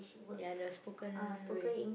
ya the spoken way